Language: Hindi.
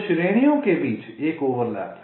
तो श्रेणियों के बीच एक ओवरलैप है